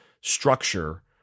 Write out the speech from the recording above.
structure